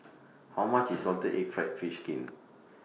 How much IS Salted Egg Fried Fish Skin